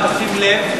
תשים לב,